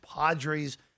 Padres